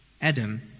Adam